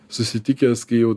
susitikęs kai jau